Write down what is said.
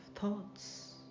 thoughts